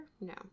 No